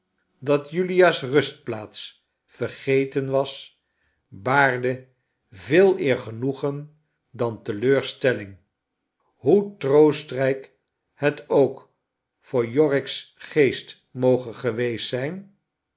dat julia's rustplaats vergeten was baarde veeleer genoegen dan teleurstelling hoe troostrijk het ook voor yorick's geest moge geweest zijn